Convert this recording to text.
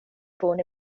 born